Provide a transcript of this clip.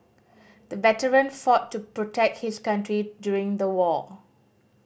the veteran fought to protect his country during the war